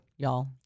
y'all